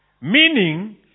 Meaning